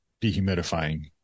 dehumidifying